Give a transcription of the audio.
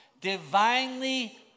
Divinely